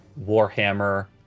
warhammer